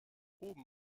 oben